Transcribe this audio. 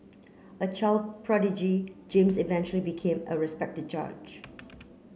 a child prodigy James eventually became a respected judge